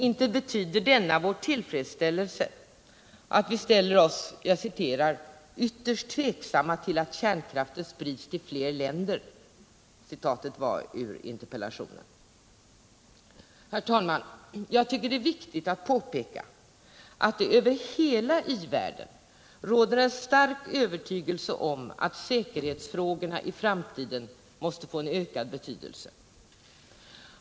Inte betyder denna vår tillfredsställelse att regeringen ställer sig ”ytterst tveksam till att kärnkraften sprids till fler länder”, för att citera interpellationen. Herr talman! Jag tycker det är viktigt att påpeka att det över hela i-världen råder en stark övertygelse om att säkerhetsfrågorna i framtiden måste få en ökad betydelse.